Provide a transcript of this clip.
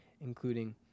including